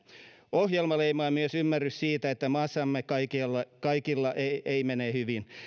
ohjelmaa leimaa myös ymmärrys siitä että maassamme kaikilla kaikilla ei ei mene hyvin